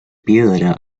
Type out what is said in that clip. piedra